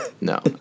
No